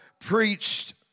preached